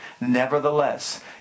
Nevertheless